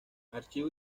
archivo